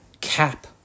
cap